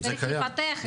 צריך לפתח את זה.